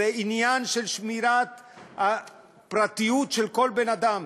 זה עניין של שמירת הפרטיות של כל בן-אדם.